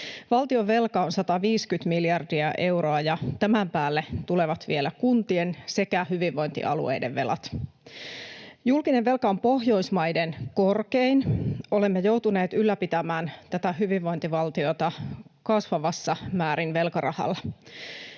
Valtionvelka on 150 miljardia euroa, ja tämän päälle tulevat vielä kuntien sekä hyvinvointialueiden velat. Julkinen velka on Pohjoismaiden korkein. Olemme joutuneet ylläpitämään tätä hyvinvointivaltiota kasvavassa määrin velkarahalla.